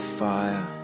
fire